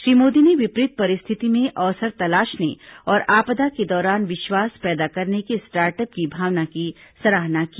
श्री मोदी ने विपरीत परिस्थिति में अवसर तलाशने और आपदा के दौरान विश्वास पैदा करने की स्टार्टअप की भावना की सराहना की